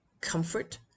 comfort